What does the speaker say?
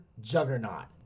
juggernaut